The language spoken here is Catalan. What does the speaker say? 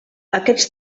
aquests